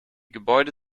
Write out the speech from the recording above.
gebäude